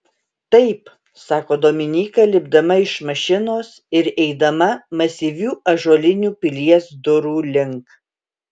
taip sako dominyka lipdama iš mašinos ir eidama masyvių ąžuolinių pilies durų link